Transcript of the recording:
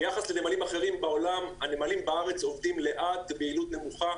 ביחס לנמלים אחרים בעולם הנמלים בארץ עובדים לאט וביעילות נמוכה